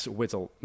Whittle